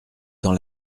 dans